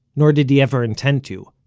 nor did he ever intend to,